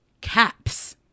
caps